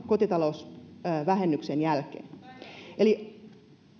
kotitalousvähennyksen jälkeen eli